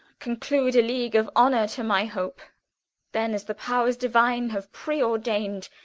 conclude a league of honour to my hope then, as the powers divine have pre-ordain'd,